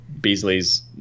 Beasley's